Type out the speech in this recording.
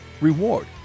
reward